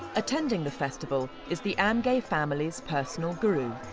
attending the festival is the amge family's' personal guru.